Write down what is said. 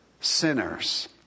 sinners